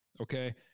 Okay